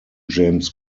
james